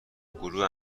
گروه